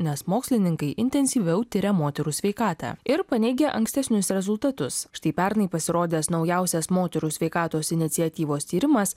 nes mokslininkai intensyviau tiria moterų sveikatą ir paneigia ankstesnius rezultatus štai pernai pasirodęs naujausias moterų sveikatos iniciatyvos tyrimas